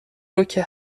روکه